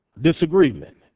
disagreement